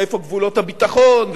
ואיפה גבולות הביטחון,